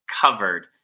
covered